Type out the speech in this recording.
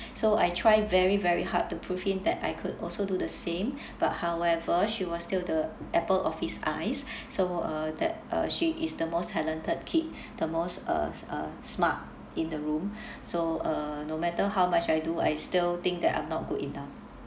so I try very very hard to prove him that I could also do the same but however she was still the apple of his eyes so uh that uh she is the most talented kid the most uh uh smart in the room so uh no matter how much I do I still think that I'm not good enough